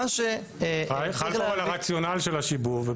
כל הרציונל של השיבוב.